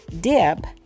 dip